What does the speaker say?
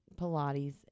pilates